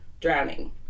drowning